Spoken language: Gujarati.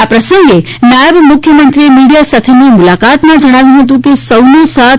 આ પ્રસંગે નાયબ મુખ્યનમંત્રીશ્રીએ મિડીયા સાથેની મુલાકાતમાં જણાવ્યું હતું કે સૌનો સાથ